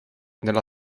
nella